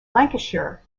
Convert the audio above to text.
lancashire